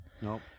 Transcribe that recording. Nope